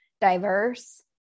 diverse